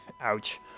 Ouch